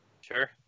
Sure